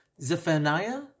Zephaniah